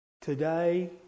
Today